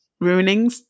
ruining